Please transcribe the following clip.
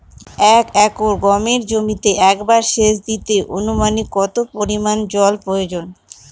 এক একর গমের জমিতে একবার শেচ দিতে অনুমানিক কত পরিমান জল প্রয়োজন?